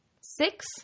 six